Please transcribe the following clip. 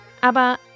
Aber